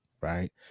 right